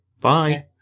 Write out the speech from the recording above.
bye